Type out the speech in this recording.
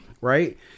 right